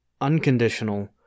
Unconditional